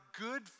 good